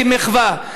כמחווה,